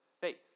faith